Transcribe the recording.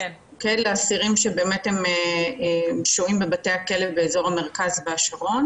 לאסירים ששוהים בבתי הכלא באזור המרכז והשרון.